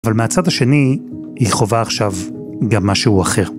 אבל מהצד השני היא חווה עכשיו גם משהו אחר.